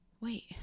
Wait